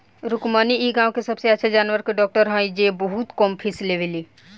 रुक्मिणी इ गाँव के सबसे अच्छा जानवर के डॉक्टर हई जे बहुत कम फीस लेवेली